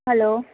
hello